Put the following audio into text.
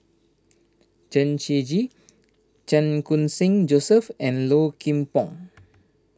Chen Shiji Chan Khun Sing Joseph and Low Kim Pong